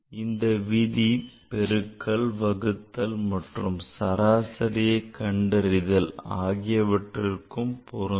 இந்த விதி பெருக்கல் வகுத்தல் மற்றும் சராசரியை கண்டறிதல் ஆகியவற்றிற்கு பொருந்தும்